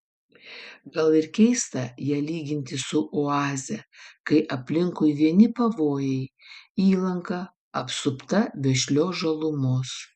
gal ir keista ją lyginti su oaze kai aplinkui vieni pavojai įlanka apsupta vešlios žalumos